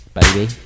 baby